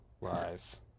live